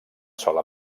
sola